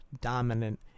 dominant